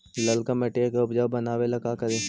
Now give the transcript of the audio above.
लालका मिट्टियां के उपजाऊ बनावे ला का करी?